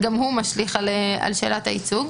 גם הוא משליך על שאלת הייצוג.